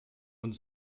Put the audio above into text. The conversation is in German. und